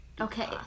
Okay